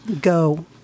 Go